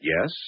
yes